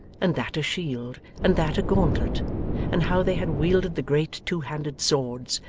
and that a shield, and that a gauntlet and how they had wielded the great two-handed swords,